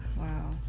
Wow